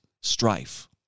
strife